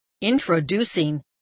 Introducing